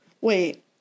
Wait